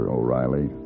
O'Reilly